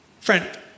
Friend